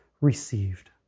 received